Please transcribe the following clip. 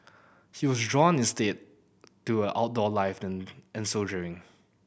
he was drawn instead to a outdoor life and soldiering